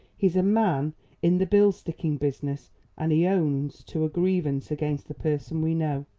he's a man in the bill-sticking business and he owns to a grievance against the person we know.